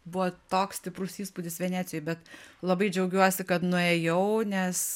buvo toks stiprus įspūdis venecijoj bet labai džiaugiuosi kad nuėjau nes